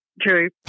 True